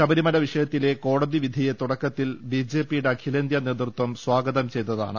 ശബരിമല വിഷയത്തിലെ കോടതി വിധിയെ തുടക്കത്തിൽ ബിജെപിയുടെ അഖിലേന്ത്യാ നേതൃത്വം സ്വാഗതം ചെയ്തതാണ്